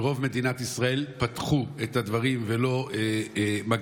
וברוב מדינת ישראל פתחו את הדברים ולא מגבילים.